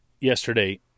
yesterday